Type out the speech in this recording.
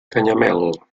canyamel